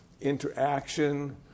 interaction